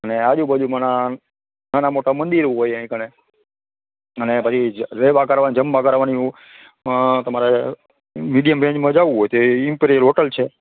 અને આજુબાજુમાં નાના મોટા મંદિર હોય અહીં કણે અને પછી રહેવા કરવા જમવા કરવાની તમારે મીડિયમ રેન્જમાં જાવું હોય તો ઈમ્પિરિયલ હોટલ છે